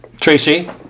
Tracy